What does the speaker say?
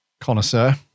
connoisseur